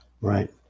right